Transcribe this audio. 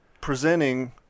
presenting